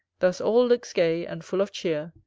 thus all looks gay, and full of cheer,